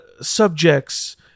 subjects